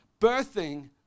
Birthing